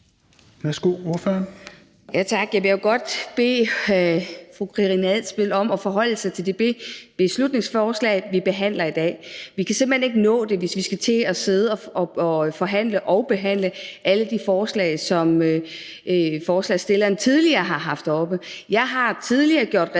Broman Mølbæk (SF): Jeg vil godt bede fru Karina Adsbøl om at forholde sig til det beslutningsforslag, vi behandler i dag. Vi kan simpelt hen ikke nå det, hvis vi skal sidde og forhandle og behandle alle de forslag, som forslagsstilleren tidligere har haft oppe. Jeg har tidligere gjort rede for